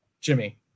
Jimmy